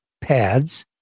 pads